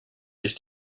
sich